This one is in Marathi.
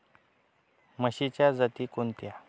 म्हशीच्या जाती कोणत्या?